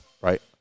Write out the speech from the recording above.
right